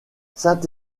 saint